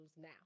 now